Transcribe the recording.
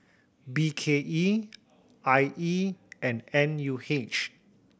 B K E I E and N U H